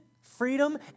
Freedom